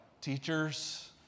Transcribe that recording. Teachers